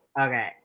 Okay